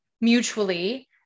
mutually